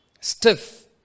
stiff